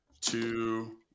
two